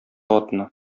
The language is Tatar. атны